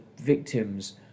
victims